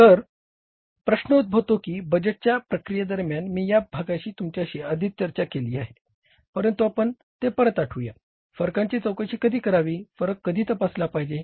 तर प्रश्न उद्भवतो की बजेटच्या प्रक्रियेदरम्यान मी या भागाशी तुमच्याशी आधिच चर्चा केली आहे परंतु आपण ते परत आठवूया फरकांची चौकशी कधी करावी फरक कधी तपासला पाहिजे